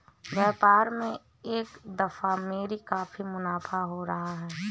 व्यापार में इस दफा मेरा काफी मुनाफा हो रहा है